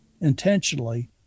intentionally